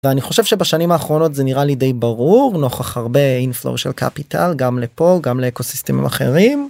אני חושב שבשנים האחרונות זה נראה לי די ברור נוכח הרבה אינפלואו של קפיטל גם לפה גם לאקוסיסטמים אחרים.